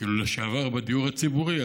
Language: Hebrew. כאילו לשעבר בדיור הציבורי,